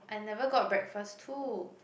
I never got breakfast too